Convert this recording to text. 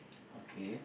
okay